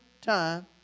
time